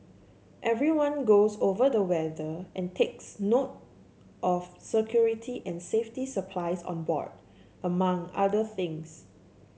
everyone goes over the weather and takes note of security and safety supplies on board among other things